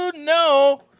no